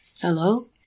Hello